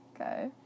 Okay